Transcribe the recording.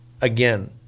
again